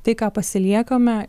tai ką pasiliekame